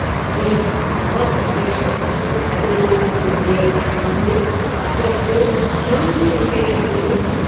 जि मम प्रदेशे अहं तमिल्नाडुमध्ये वसामि अत्र तु अहं चिन्तयामि